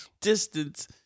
distance